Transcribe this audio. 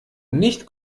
nicht